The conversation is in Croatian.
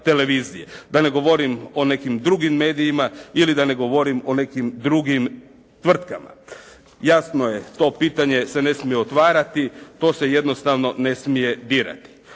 Da ne govorim o nekim drugim medijima ili da ne govorim o nekim drugim tvrtkama. Jasno je, to pitanje se ne smije otvarati. To se jednostavno ne smije birati.